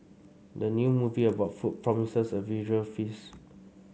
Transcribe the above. the new movie about food promises a visual feast